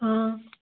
हाँ